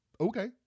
okay